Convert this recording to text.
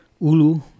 Ulu